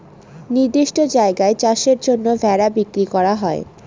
নির্দিষ্ট জায়গায় চাষের জন্য ভেড়া বিক্রি করা হয়